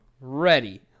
ready